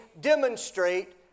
demonstrate